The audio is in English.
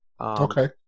Okay